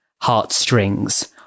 heartstrings